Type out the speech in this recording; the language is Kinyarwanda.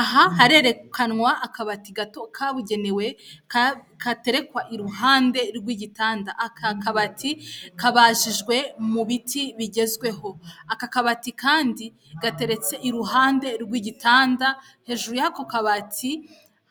Aha harerekanwa akabati gato kabugenewe katerekwa i ruhande rw'igitanda aka kabati kabajijwe mu biti bigezweho, aka kabati kandi gateretse i ruhande rw'igitanda, hejuru y'ako kabati